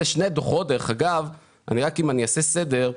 דרך אגב, רק לעשות סדר,